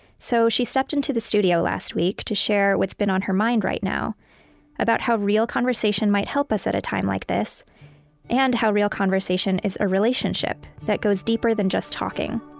so she stepped into the studio last week to share what's been on her mind right now about how real conversation might help us at a time like this and how real conversation is a relationship that goes deeper than just talking